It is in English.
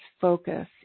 focus